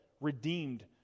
redeemed